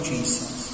Jesus